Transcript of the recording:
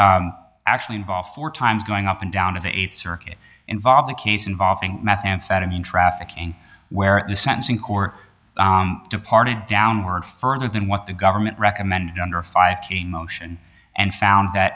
actually involved four times going up and down to the th circuit involved a case involving methamphetamine trafficking where the sentencing core departed downward further than what the government recommended under five motion and found that